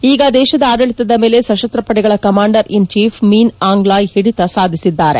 ಈಗ ದೇಶದ ಆಡಳಿತದ ಮೇಲೆ ಸಶಸ್ತ ಪಡೆಗಳ commander in chief Min Aung ಲಾಯ್ ಹಿಡಿತ ಸಾಧಿಸಿದ್ದಾರೆ